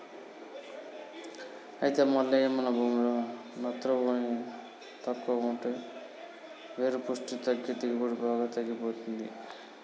అయితే మల్లయ్య మన భూమిలో నత్రవోని తక్కువ ఉంటే వేరు పుష్టి తగ్గి దిగుబడి బాగా తగ్గిపోతుంది